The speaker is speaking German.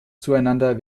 zueinander